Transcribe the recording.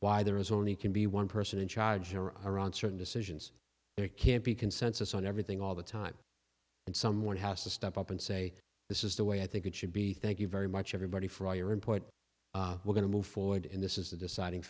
why there is only can be one person in charge in or around certain decisions there can't be consensus on everything all the time and someone has to step up and say this is the way i think it should be thank you very much everybody for all your input we're going to move forward in this is the deciding